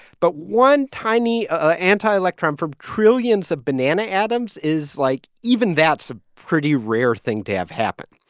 but one tiny ah antielectron from trillions of banana atoms is like even that's a pretty rare thing to have happen.